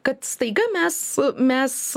kad staiga mes mes